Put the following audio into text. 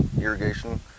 irrigation